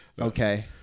okay